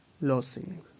Losing